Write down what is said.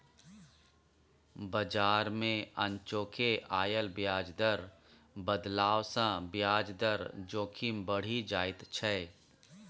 बजार मे अनचोके आयल ब्याज दर बदलाव सँ ब्याज दर जोखिम बढ़ि जाइत छै